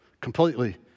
Completely